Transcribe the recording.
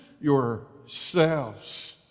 yourselves